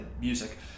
music